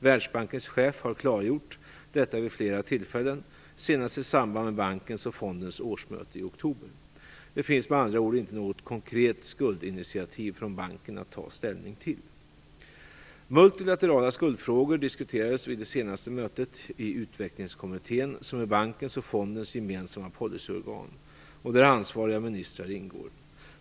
Världsbankens chef har klargjort detta vid flera tillfällen, senast i samband med bankens och fondens årsmöte i oktober. Det finns med andra ord inte något konkret skuldinitiativ från banken att ta ställning till. Multilaterala skuldfrågor diskuterades vid det senaste mötet i Utvecklingskommittén, som är bankens och fondens gemensamma policyorgan och där ansvariga ministrar ingår.